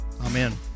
Amen